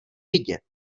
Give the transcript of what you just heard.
vidět